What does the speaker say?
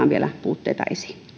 nostetaan vielä puutteita esiin